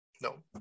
No